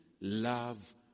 love